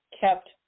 kept